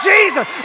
Jesus